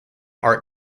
art